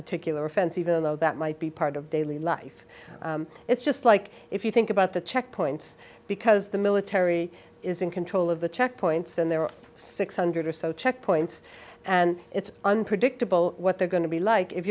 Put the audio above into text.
particular offense even though that might be part of daily life it's just like if you think about the checkpoints because the military is in control of the checkpoints and there are six hundred or so checkpoints and it's unpredictable what they're going to be like if